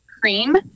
cream